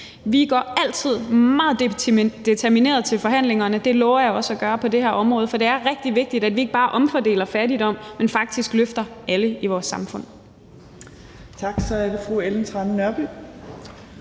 Vi går altid meget determineret til forhandlingerne, og det lover vi også at gøre på det her område. For det er rigtig vigtigt, at vi ikke bare omfordeler fattigdom, men at vi faktisk løfter alle i vores samfund.